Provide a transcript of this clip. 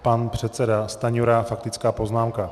Pan předseda Stanjura, faktická poznámka.